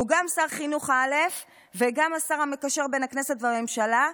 שהוא גם שר חינוך א' וגם השר המקשר בין הכנסת לבין הממשלה,